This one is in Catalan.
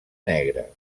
negres